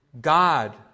God